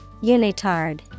Unitard